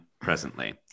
presently